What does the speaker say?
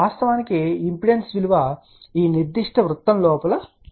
వాస్తవానికి ఇంపిడెన్స్ విలువ ఈనిర్దిష్ట వృత్తం లోపల ఉంది